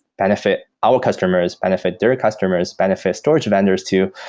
benefit our customers, benefit their customers, benefit storage vendors too.